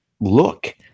look